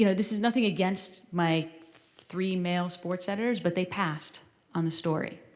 you know this is nothing against my three male sports editors, but they passed on the story.